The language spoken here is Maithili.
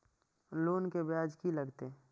लोन के ब्याज की लागते?